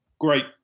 great